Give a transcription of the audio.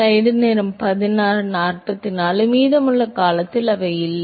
மாணவர் மீதமுள்ள காலத்தில் அவை இல்லை